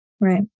Right